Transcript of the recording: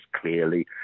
clearly